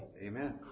Amen